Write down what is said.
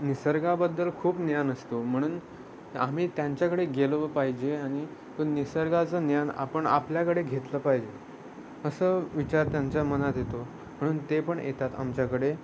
निसर्गाबद्दल खूप ज्ञान असतो म्हणून आम्ही त्यांच्याकडे गेलो पाहिजे आणि निसर्गाचं ज्ञान आपण आपल्याकडे घेतलं पाहिजे असं विचार त्यांच्या मनात येतो म्हणून ते पण येतात आमच्याकडे